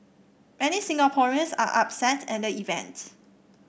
many Singaporeans are upset at the event